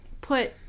put